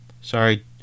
sorry